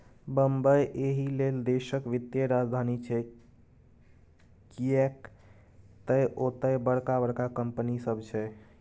बंबई एहिलेल देशक वित्तीय राजधानी छै किएक तए ओतय बड़का बड़का कंपनी सब छै